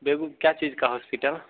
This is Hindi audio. बेगू क्या चीज का हॉस्पिटल